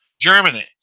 Germany